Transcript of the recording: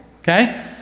okay